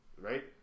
right